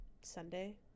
sunday